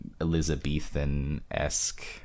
Elizabethan-esque